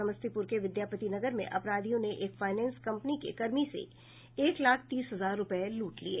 समस्तीपुर के विद्यापति नगर में अपराधियों ने एक फाइनेंस कंपनी के कर्मी से एक लाख तीस हजार रूपये लूट लिये